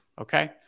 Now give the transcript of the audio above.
okay